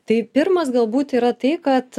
tai pirmas galbūt yra tai kad